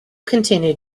continued